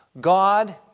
God